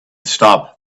stop